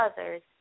others